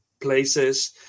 places